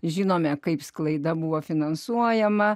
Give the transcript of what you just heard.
žinome kaip sklaida buvo finansuojama